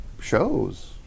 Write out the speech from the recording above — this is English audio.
shows